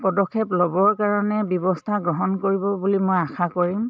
পদক্ষেপ ল'বৰ কাৰণে ব্যৱস্থা গ্ৰহণ কৰিব বুলি মই আশা কৰিম